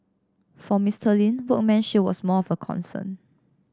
for Mister Lin workmanship was more of a concern